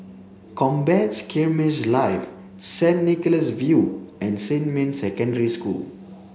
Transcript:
Combat Skirmish Live Saint Nicholas View and Xinmin Secondary School